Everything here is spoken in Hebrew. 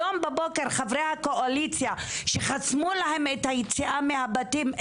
היום בבוקר חברי הקואליציה שחסמו להם את היציאה מהבתים,